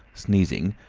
sneezing,